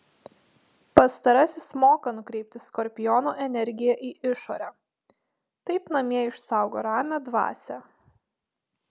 pastarasis moka nukreipti skorpiono energiją į išorę taip namie išsaugo ramią dvasią